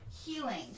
healing